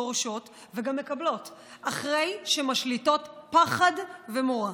דורשות וגם מקבלות אחרי שהן משליטות פחד ומורא.